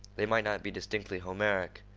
they might not be distinctly homeric,